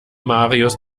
marius